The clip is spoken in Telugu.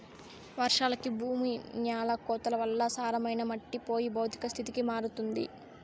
వర్షాలకి భూమి న్యాల కోతల వల్ల సారమైన మట్టి పోయి భౌతిక స్థితికి మారుతుంది